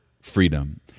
freedom